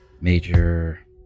Major